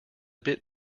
bit